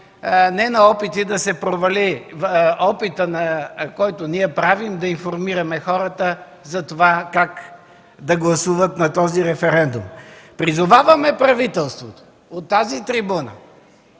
не на опити да се провали опитът, който ние правим, да информираме хората за това как да гласуват на този референдум. Призоваваме правителството от тази трибуна